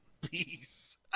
peace